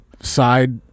side